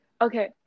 Okay